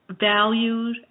valued